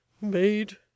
made